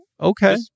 okay